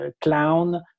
clown